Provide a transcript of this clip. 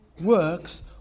works